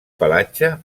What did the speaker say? pelatge